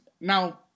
now